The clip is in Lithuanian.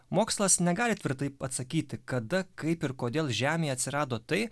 mokslas negali tvirtai atsakyti kada kaip ir kodėl žemėje atsirado tai